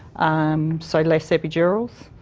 um so less epidurals,